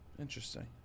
Interesting